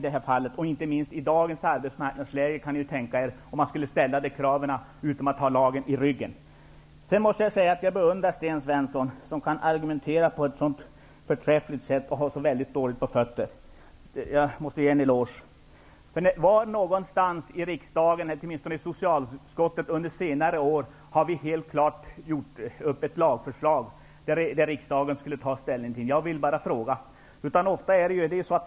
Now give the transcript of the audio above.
Det gäller inte minst i dagens arbetsmarknadsläge, då det skulle vara väldigt svårt att ställa de kraven utan att ha lagen i ryggen. Jag måste säga att jag beundrar Sten Svensson som kan argumentera på ett sådant förträffligt sätt när han har så väldigt dåligt på fötterna. Jag måste ge honom en eloge. Var någonstans i riksdagen har vi under senare år gjort upp ett lagförslag som riksdagen sedan skulle ta ställning till? Jag bara frågar.